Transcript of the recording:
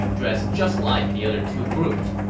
dressed just like the other two groups.